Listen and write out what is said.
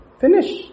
Finish